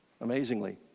amazingly